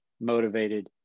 motivated